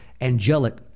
angelic